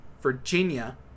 Virginia